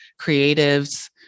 creatives